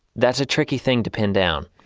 that's a tricky thing to pin down.